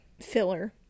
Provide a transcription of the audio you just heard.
filler